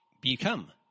become